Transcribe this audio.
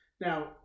Now